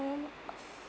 mm